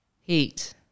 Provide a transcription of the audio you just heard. Heat